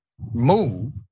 move